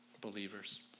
Believers